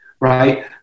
right